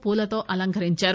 పూలతో అలంకరించారు